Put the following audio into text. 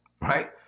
right